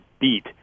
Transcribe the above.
beat